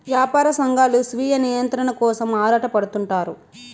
యాపార సంఘాలు స్వీయ నియంత్రణ కోసం ఆరాటపడుతుంటారు